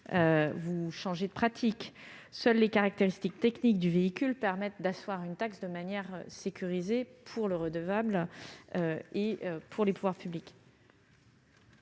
ou modifier ses pratiques. Seules les caractéristiques techniques du véhicule permettent d'asseoir une taxe de manière sécurisée pour le redevable comme pour les pouvoirs publics.